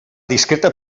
discreta